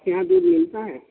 یہاں دودھ ملتا ہے